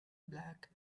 black